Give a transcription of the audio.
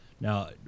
Now